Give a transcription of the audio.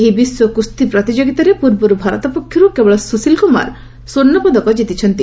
ଏହି ବିଶ୍ୱ କୁସ୍ତି ପ୍ରତିଯୋଗିତାରେ ପୂର୍ବରୁ ଭାରତ ପକ୍ଷରୁ କେବଳ ସୁଶୀଲ କୁମାର ସ୍ୱର୍ଣ୍ଣପଦକ ଜିତିଛନ୍ତି